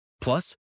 Plus